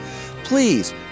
Please